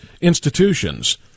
institutions